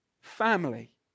family